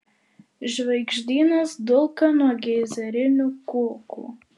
žvaigždynas dulka nuo geizerinių kulkų